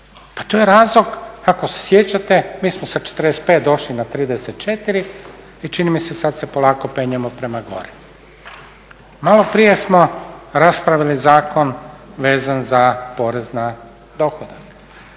Pa to je razlog, ako se sjećate mi smo sa 45 došli na 34 i čini mi se sad se polako penjemo prema gore. Maloprije smo raspravili zakon vezan za porez na dohodak.